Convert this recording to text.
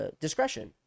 discretion